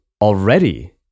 already